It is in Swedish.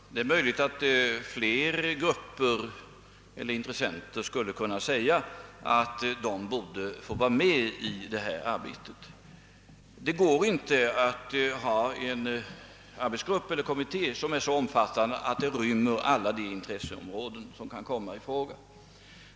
Herr talman! Det är möjligt att flera grupper eller intressenter skulle kunna säga att de borde få vara med i detta arbete. Det går inte att ha en arbetsgrupp eller kommitté som är så stor att den omfattar alla intresseområden som kan komma i fråga.